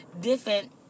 different